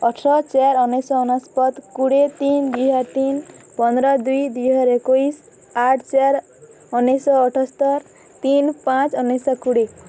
ଅଠର୍ ଚାର୍ ଉନେଇଶହ ଅନସ୍ପତ୍ କୁଡ଼ିଏ ତିନ ଦିଇହାର ତିନ ପନ୍ଦର ଦୁଇ ଦିହଜାର ଏକୋଇଶ୍ ଆଠ ଚାର ଅନେଇଶହ ଅଠସ୍ତର୍ ତିନ୍ ପାଞ୍ଚ ଅନେଇଶହ କୋଡ଼ିଏ